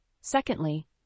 Secondly